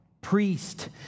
priest